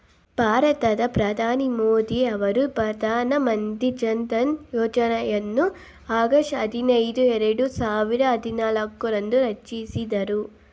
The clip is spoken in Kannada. ಭಾರತದ ಪ್ರಧಾನಿ ಮೋದಿ ಅವರು ಪ್ರಧಾನ ಮಂತ್ರಿ ಜನ್ಧನ್ ಯೋಜ್ನಯನ್ನು ಆಗಸ್ಟ್ ಐದಿನೈದು ಎರಡು ಸಾವಿರದ ಹದಿನಾಲ್ಕು ರಂದು ತಿಳಿಸಿದ್ರು